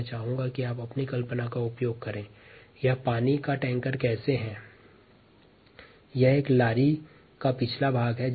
मैं चाहूंगा कि आप अपनी परिकल्पना का उपयोग करें कि यह पानी का टैंकर कैसा हो सकता है